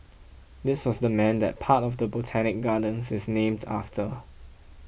this was the man that part of the Botanic Gardens is named after